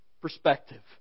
perspective